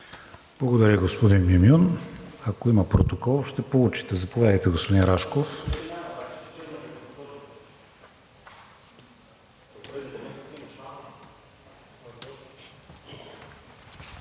Благодаря Ви, господин Мюмюн. Ако има протокол, ще получите. Заповядайте, господин Рашков.